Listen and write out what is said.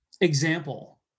example